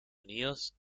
unidos